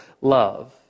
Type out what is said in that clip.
love